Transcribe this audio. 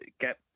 get